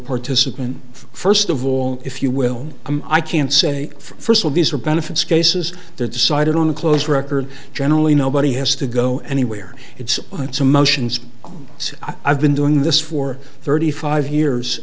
participant first of all if you will i can't say first of these are benefits cases that decided on close record generally nobody has to go anywhere it's on its emotions it's i've been doing this for thirty five years